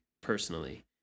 personally